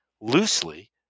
loosely